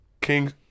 King